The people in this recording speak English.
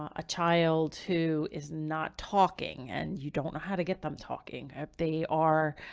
ah a child who is not talking and you don't know how to get them talking, if they are,